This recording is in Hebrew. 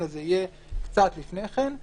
אלא זה יהיה קצת לפני כן.